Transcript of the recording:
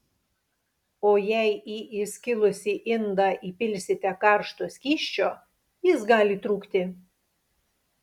o jei į įskilusį indą įpilsite karšto skysčio jis gali trūkti